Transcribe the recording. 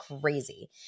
crazy